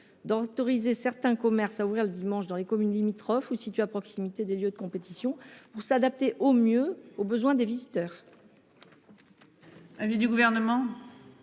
d'autoriser certains commerces à ouvrir le dimanche dans les communes limitrophes ou situées à proximité des lieux de compétition pour s'adapter au mieux aux besoins des visiteurs.